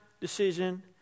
decision